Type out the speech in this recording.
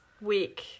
week